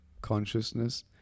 consciousness